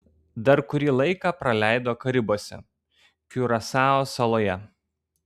dar kurį laiką praleido karibuose kiurasao saloje